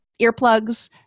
earplugs